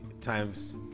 times